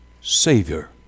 Savior